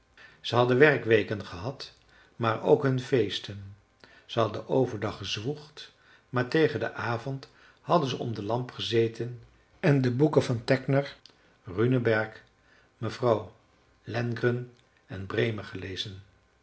ze hadden werkweken gehad maar ook hun feesten ze hadden overdag gezwoegd maar tegen den avond hadden ze om de lamp gezeten en de boeken van tegner runeberg mevrouw lenngren en bremer gelezen